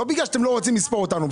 לא בגלל שאתם לא רוצים לספור אותנו,